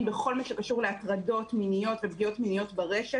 בכל מה שקשור להטרדות מיניות ופגיעות מיניות ברשת.